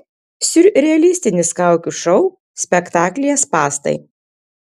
siurrealistinis kaukių šou spektaklyje spąstai